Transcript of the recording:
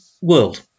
world